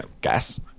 gas